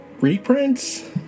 reprints